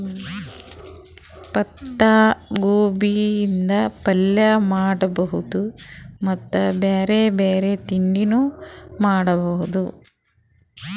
ಪತ್ತಾಗೋಬಿದ್ ಪಲ್ಯ ಮಾಡಬಹುದ್ ಮತ್ತ್ ಬ್ಯಾರೆ ಬ್ಯಾರೆ ತಿಂಡಿನೂ ಮಾಡಬಹುದ್